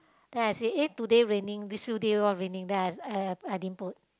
then I see eh today raining these few day all raining then I I I didn't put